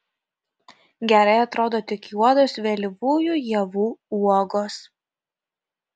gerai atrodo tik juodos vėlyvųjų ievų uogos